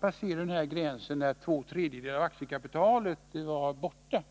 passerade då den gräns när två tredjedelar av aktiekapitalet är förbrukat.